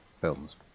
films